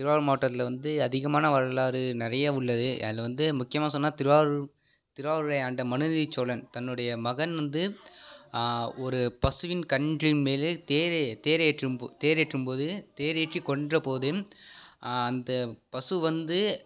திருவாரூர் மாவட்டத்தில் வந்து அதிகமான வரலாறு நிறைய உள்ளது அதில் வந்து முக்கியமாக சொன்னால் திருவாரூர் திருவாரூரை ஆண்ட மனுநீதி சோழன் தன்னுடைய மகன் வந்து ஒரு பசுவின் கன்றின் மேலே தேரே தேரை ஏற்றும்போ தேர் ஏற்றும்போது தேர் ஏற்றி கொன்ற போதும் அந்த பசு வந்து